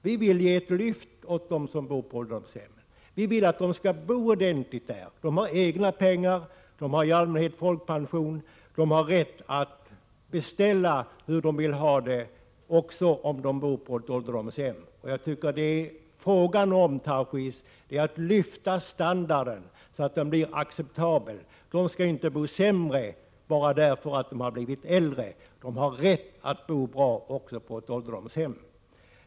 Vi vill ge ett lyft till dem som bor på ålderdomshemmen. Vi vill att de skall bo ordentligt — de har egna pengar, de har i allmänhet folkpension, och de har rätt att beställa hur de vill ha det även om de bor på ett ålderdomshem. Vad det är fråga om, Tarschys, är att höja standarden så att den blir acceptabel. Människor skall inte bo sämre bara för att de har blivit äldre — de skall ha rätt att bo bra också på ett ålderdomshem.